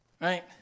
Right